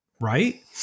Right